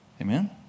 Amen